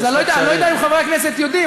אני לא יודע אם חברי הכנסת יודעים,